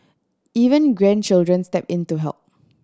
even grandchildren step in to help